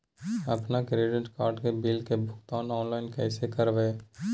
अपन credit card के bill के भुगतान ऑनलाइन कैसे करबैय?